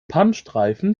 pannenstreifen